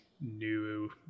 new